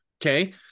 Okay